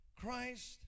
Christ